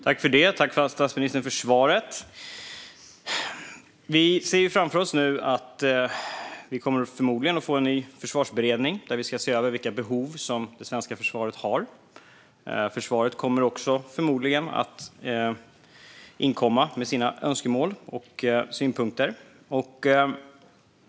Herr talman! Tack för svaret, statsministern! Vi ser framför oss att vi nu förmodligen kommer att få en ny försvarsberedning där vi ska se över vilka behov som det svenska försvaret har. Försvaret kommer också förmodligen att inkomma med sina önskemål och synpunkter.